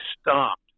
stopped